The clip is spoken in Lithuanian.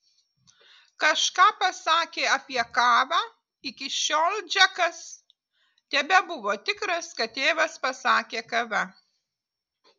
kažką pasakė apie kavą iki šiol džekas tebebuvo tikras kad tėvas pasakė kava